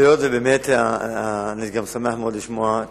ועוד הערה אחת.